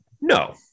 No